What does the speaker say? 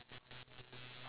of course why not